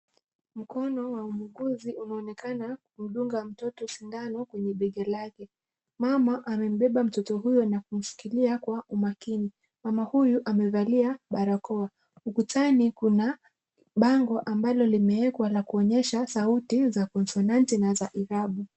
Mkono wa muuguzi unaonekana ukimdunga mtoto sindano kwenye bega lake. Mama amembeba mtoto huyo na kumshikilia kwa umakini. Mama huyu amevalia barakoa. Ukutani kuna bango ambalo limewekwa la kuonyesha sauti za konsonati na za irabu.